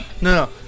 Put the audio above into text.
no